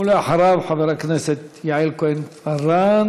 אחריו, חברת הכנסת יעל כהן-פארן,